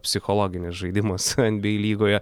psichologinis žaidimas nba lygoje